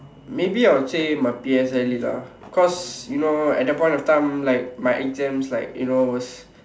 maybe I will say my P_S_L_E lah cause you know at that point of time like my exams like you know was